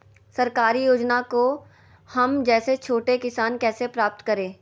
सरकारी योजना को हम जैसे छोटे किसान कैसे प्राप्त करें?